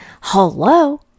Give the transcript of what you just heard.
Hello